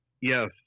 Yes